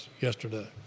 yesterday